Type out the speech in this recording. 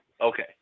Okay